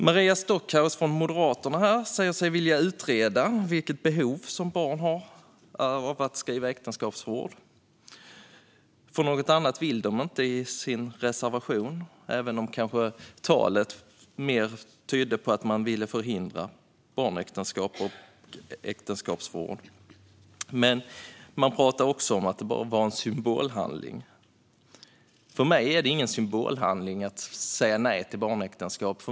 Maria Stockhaus från Moderaterna säger sig vilja utreda vilket behov barn har av att skriva äktenskapsförord. Något annat vill Moderaterna nämligen inte i sin reservation, även om talet kanske tydde mer på att man vill förhindra barnäktenskap och äktenskapsförord för barn. Men Maria Stockhaus talade också om att det bara var en symbolhandling. För mig är det ingen symbolhandling att säga nej till barnäktenskap.